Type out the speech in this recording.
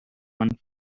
one